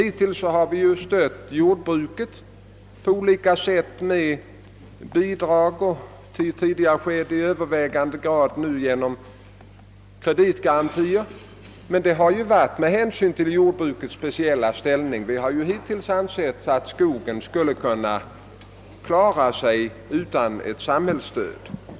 Hittills har vi stött jordbruket på olika sätt med bidrag — nu ges stödet i övervägande grad genom kreditgarantier. Men detta stöd har ju lämnats med hänsyn till jordbrukets speciella ställning. Vi har ansett att skogsbruket skulle kunna klara sig utan samhällsstöd.